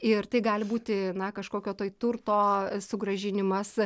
ir tai gali būti na kažkokio tai turto sugrąžinimas